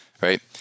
right